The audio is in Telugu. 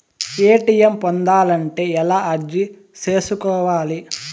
ఎ.టి.ఎం పొందాలంటే ఎలా అర్జీ సేసుకోవాలి?